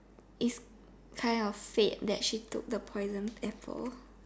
it's kinda of fate that she took the poison apple